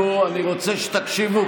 אני מבקש לפי סעיף 91(א)